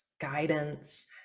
guidance